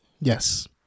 Yes